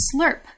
Slurp